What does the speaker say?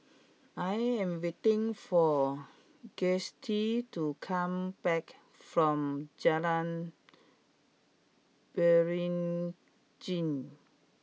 I am waiting for Gustie to come back from Jalan Beringin